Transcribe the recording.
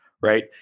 right